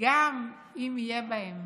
גם אם יהיה בהם